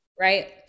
Right